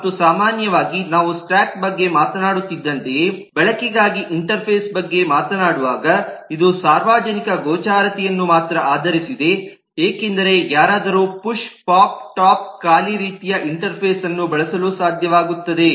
ಮತ್ತು ಸಾಮಾನ್ಯವಾಗಿ ನಾವು ಸ್ಟಾಕ್ ಬಗ್ಗೆ ಮಾತನಾಡುತ್ತಿದ್ದಂತೆಯೇ ಬಳಕೆಗಾಗಿ ಇಂಟರ್ಫೇಸ್ ಬಗ್ಗೆ ಮಾತನಾಡುವಾಗ ಇದು ಸಾರ್ವಜನಿಕ ಗೋಚರತೆಯನ್ನು ಮಾತ್ರ ಆಧರಿಸಿದೆ ಏಕೆಂದರೆ ಯಾರಾದರೂ ಪುಶ್ ಪೋಪ್ ಟಾಪ್ ಖಾಲಿ ರೀತಿಯ ಇಂಟರ್ಫೇಸ್ ಅನ್ನು ಬಳಸಲು ಸಾಧ್ಯವಾಗುತ್ತದೆ